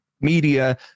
media